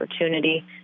opportunity